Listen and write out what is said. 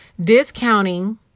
Discounting